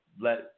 let